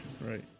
Right